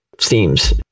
themes